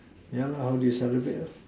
ya lah how do you celebrate lor